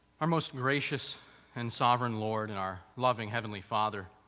our most gracious and sovereign lord and our loving heavenly father,